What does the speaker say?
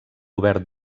obert